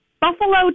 Buffalo